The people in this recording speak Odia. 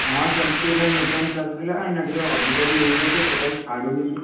ହଁ ସେମିତିରେ ଲକଡ଼ାଉନ ଚାଲିଥିଲା ଏଇନା ଟିକେ ଅଧିକ ବି ହୋଇ ଯାଇଛି ଟୋଟାଲ ଛାଡ଼ୁନି ବି